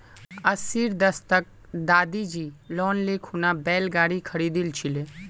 अस्सीर दशकत दादीजी लोन ले खूना बैल गाड़ी खरीदिल छिले